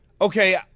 okay